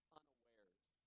unawares